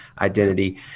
identity